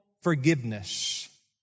forgiveness